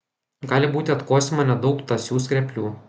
gali būti atkosima nedaug tąsių skreplių